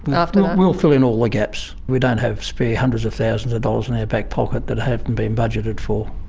and after that? we'll fill in all the gaps. we don't have spare hundreds of thousands of dollars in our back pocket that haven't been budgeted for.